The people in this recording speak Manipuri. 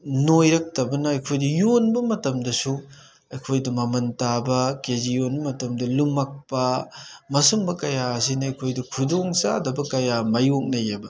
ꯅꯣꯏꯔꯛꯇꯕꯅ ꯑꯩꯈꯣꯏꯅ ꯌꯣꯟꯕ ꯃꯇꯝꯗꯁꯨ ꯑꯩꯈꯣꯏꯗ ꯃꯃꯟ ꯇꯥꯕ ꯀꯦꯖꯤ ꯑꯣꯟꯕ ꯃꯇꯝꯗ ꯂꯨꯝꯃꯛꯄ ꯃꯁꯨꯝꯕ ꯀꯌꯥ ꯑꯁꯤꯅ ꯑꯩꯈꯣꯏꯗ ꯈꯨꯗꯣꯡꯆꯥꯗꯕ ꯀꯌꯥ ꯃꯥꯌꯣꯛꯅꯩꯌꯦꯕ